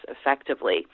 effectively